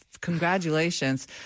congratulations